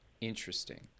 Interesting